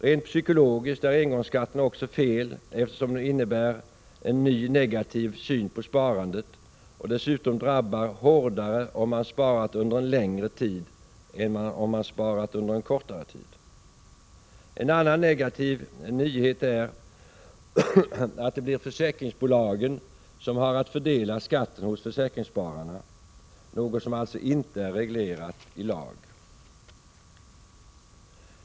Rent psykologiskt är engångsskatten också fel, eftersom den innebär en ny negativ syn på sparandet och dessutom drabbar hårdare om man sparat under en längre tid än om man sparat under en kortare tid. En annan negativ nyhet är att det blir försäkringsbolagen som har att fördela skatten hos försäkringsspararna — något som alltså inte är reglerat i lag.